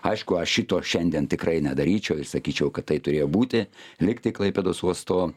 aišku aš šito šiandien tikrai nedaryčiau ir sakyčiau kad tai turėjo būti likti klaipėdos uosto